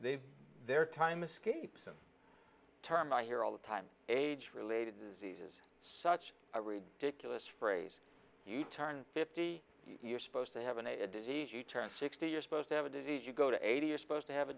they their time escapes and term i hear all the time age related diseases such a ridiculous phrase you turn fifty you're supposed to have an a disease you turn sixty you're supposed to have a disease you go to eighty is supposed to have a